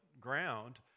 ground